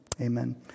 amen